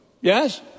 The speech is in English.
Yes